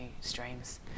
streams